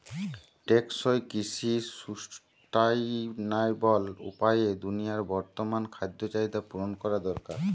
টেকসই কৃষি সুস্টাইনাবল উপায়ে দুনিয়ার বর্তমান খাদ্য চাহিদা পূরণ করা দরকার